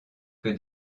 que